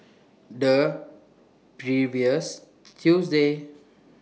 The previous Tuesday